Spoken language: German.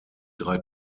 drei